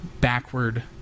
backward